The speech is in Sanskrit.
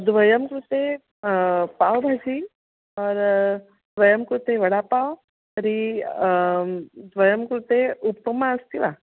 द्वयं कृते पाव्भाजी द्वयं कृते वडापाव् तर्हि द्वयं कृते उपमा अस्ति वा